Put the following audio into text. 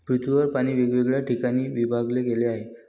पृथ्वीवर पाणी वेगवेगळ्या ठिकाणी विभागले गेले आहे